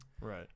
Right